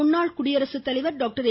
முன்னாள் குடியரசு தலைவர் டாக்டர் ஏ